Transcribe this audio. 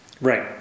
Right